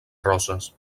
roses